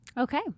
okay